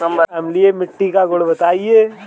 अम्लीय मिट्टी का गुण बताइये